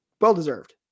well-deserved